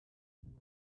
never